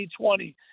2020